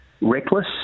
reckless